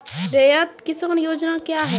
रैयत किसान योजना क्या हैं?